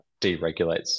deregulates